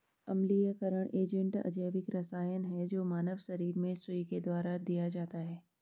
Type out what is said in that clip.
अम्लीयकरण एजेंट अजैविक रसायन है जो मानव शरीर में सुई के द्वारा दिया जाता है